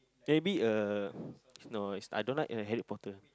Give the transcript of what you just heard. maybe a no is I don't like read Harry-Potter